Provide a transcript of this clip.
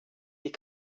die